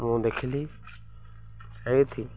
ମୁଁ ଦେଖିଲି ସେଇଠି